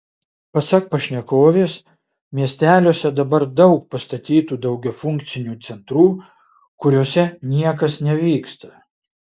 pasak pašnekovės miesteliuose dabar daug pastatytų daugiafunkcių centrų kuriuose niekas nevyksta